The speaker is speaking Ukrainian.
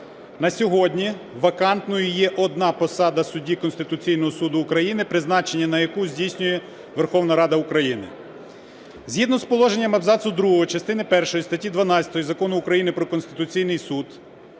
На сьогодні вакантною є одна посада судді Конституційного Суду України, призначення на яку здійснює Верховна Рада України. Згідно з положеннями абзацу другого частини першої статті 12 Закону України про Конституційний Суд,